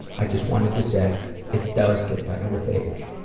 i just wanted to say it does get better with age.